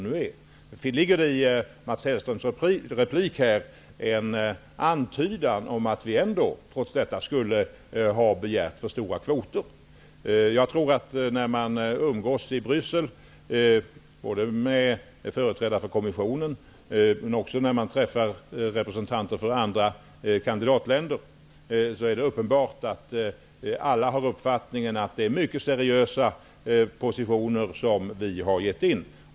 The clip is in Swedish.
I Mats Hellströms replik här ligger det en antydan om att vi ändå, trots detta, skulle ha begärt för stora kvoter. När man umgås i Bryssel med företrädare för kommissionen, och även när man träffar representanter för andra kandidatländer, är det uppenbart att alla har den uppfattningen att det är mycket seriösa positioner som vi har lämnat in.